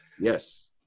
Yes